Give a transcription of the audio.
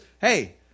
hey